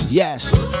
Yes